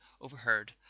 overheard